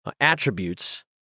attributes